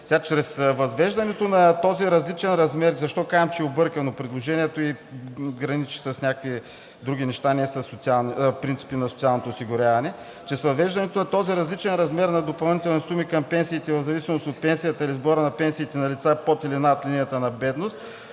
че с въвеждането на този различен размер на допълнителните суми към пенсиите в зависимост от пенсията или сборът на пенсиите на лица под или над линията на бедност,